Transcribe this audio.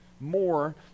more